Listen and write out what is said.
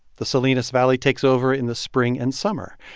the salinas valley takes over in the spring and summer.